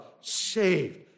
saved